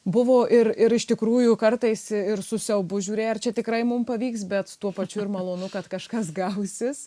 buvo ir ir iš tikrųjų kartais ir su siaubu žiūrė ar čia tikrai mums pavyks bet tuo pačiu ir malonu kad kažkas gausis